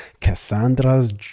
Cassandra's